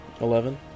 Eleven